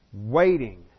Waiting